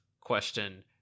question